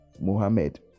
muhammad